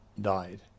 died